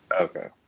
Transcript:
Okay